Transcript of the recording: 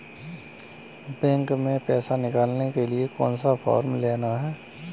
Bank में पैसा निकालने के लिए कौन सा फॉर्म लेना है?